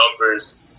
numbers